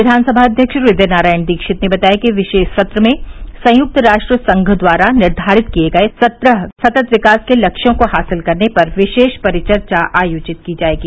विधानसभा अध्यक्ष हृदय नारायण दीक्षित ने बताया कि विशेष सत्र में संयुक्त राष्ट्र संघ द्वारा निर्घारित किये गये सत्रह सतत् विकास के लक्ष्यों को हासिल करने पर विशेष परिचर्चा आयोजित की जायेगी